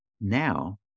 now